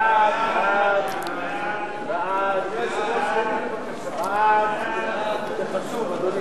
סעיפים 19 51, כהצעת הוועדה, נתקבלו.